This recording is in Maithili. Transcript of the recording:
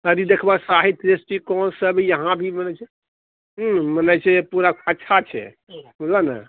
अरी देखबऽ साहित्य दृश्टिकोणसँ भी यहाँ भी मने जे छै पूरा अच्छा छै बुझलो ने